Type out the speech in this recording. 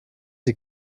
die